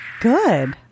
Good